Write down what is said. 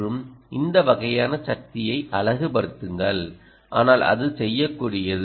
மற்றும் இந்த வகையான சக்தியை அலகுப்படுத்துங்கள் ஆனால் அது செய்யக்கூடியது